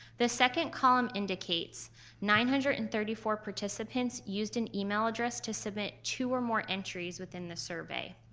the second column indicates nine hundred and thirty four participants used an email address to submit two or more entries within the survey.